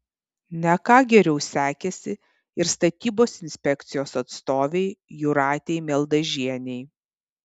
ne ką geriau sekėsi ir statybos inspekcijos atstovei jūratei mieldažienei